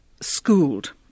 schooled